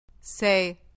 Say